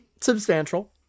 substantial